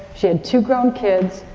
she had two grown kids,